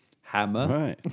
hammer